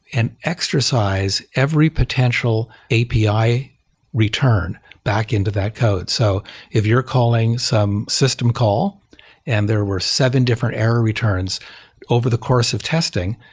and exercise every potential api return back into that code. so if you're calling some system call and there were seven different error returns over the course of testing,